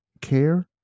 care